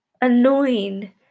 annoying